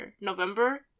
November